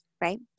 Right